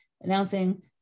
announcing